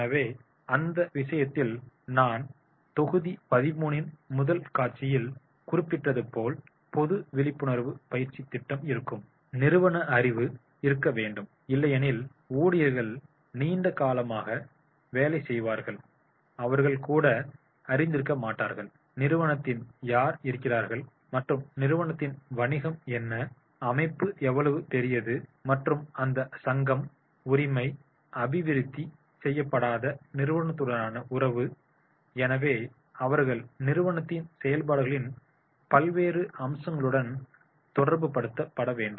எனவே அந்த விஷயத்தில் நான் தொகுதி 13 இன் முதல் காட்சியில் குறிப்பிட்டது போல் பொது விழிப்புணர்வு பயிற்சி திட்டம் இருக்கும் நிறுவனயறிவு இருக்க வேண்டும் இல்லையெனில் ஊழியர்கள் நீண்ட காலமாக வேலை செய்வார்கள் அவர்கள் கூட அறிந்திருக்க மாட்டார்கள் நிறுவனத்தில் யார் இருக்கிறார்கள் மற்றும் நிறுவனத்தின் வணிகம் என்ன அமைப்பு எவ்வளவு பெரியது மற்றும் அந்த சங்கம் உரிமை அபிவிருத்தி செய்யப்படாத நிறுவனத்துடனான உறவு எனவே அவர்கள் நிறுவனத்தின் செயல்பாடுகளின் பல்வேறு அம்சங்களுடன் தொடர்புபடுத்த வேண்டும்